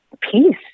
peace